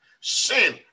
Sin